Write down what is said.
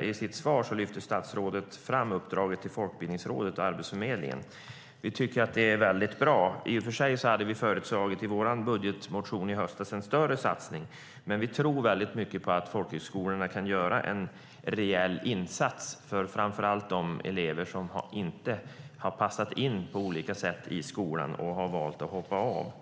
I sitt svar lyfter statsrådet fram uppdraget till Folkbildningsrådet och Arbetsförmedlingen. Vi tycker att det är väldigt bra, även om vi i vår budgetmotion i höstas föreslog en större satsning. Vi tror att folkhögskolorna kan göra en reell insats framför allt för de elever som på olika sätt inte har passat in i skolan och valt att hoppa av.